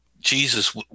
Jesus